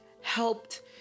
helped